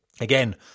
Again